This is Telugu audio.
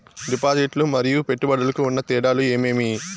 డిపాజిట్లు లు మరియు పెట్టుబడులకు ఉన్న తేడాలు ఏమేమీ?